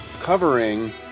covering